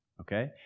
okay